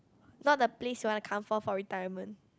not the place you wanna come for for retirement